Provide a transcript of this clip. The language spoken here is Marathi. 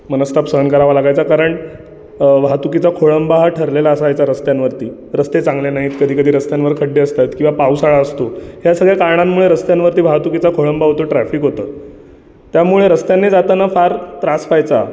मनस्ताप सहन करावा लागायचा कारण वाहतुकीचा खोळंबा हा ठरलेला असायचा रस्त्यांवरती रस्ते चांगले नाहीत कधीकधी रस्त्यांवर खड्डे असतात किवा पावसाळा असतो त्या सगळ्या कारणांमुळे रस्त्यांवरती वाहतुकीचा खोळंबा होतो ट्रॅफिक होतं त्यामुळे रस्त्याने जाताना फार त्रास व्हायचा